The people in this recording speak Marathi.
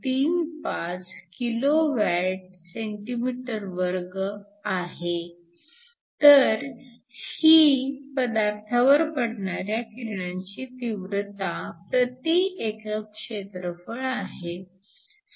35 kWcm2 आहे तर ही पदार्थावर पडणाऱ्या किरणांची तीव्रता प्रति एकक क्षेत्रफळ आहे